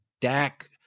Dak